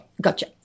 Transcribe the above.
Gotcha